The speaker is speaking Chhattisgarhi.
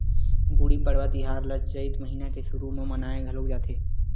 गुड़ी पड़वा तिहार ल चइत महिना के सुरू म मनाए घलोक जाथे